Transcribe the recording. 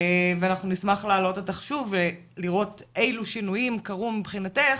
ואנחנו נשמח להעלות אותך שוב ולראות אילו שינויים קרו מבחינתך,